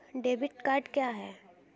Debit card क्या है?